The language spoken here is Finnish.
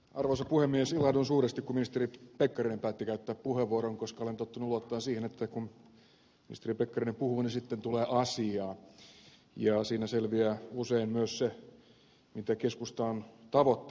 ilahduin suuresti kun ministeri pekkarinen päätti käyttää puheenvuoron koska olen tottunut luottamaan siihen että kun ministeri pekkarinen puhuu niin sitten tulee asiaa ja siinä selviää usein myös se mitä keskusta on tavoittelemassa